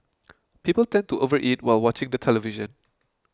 people tend to overeat while watching the television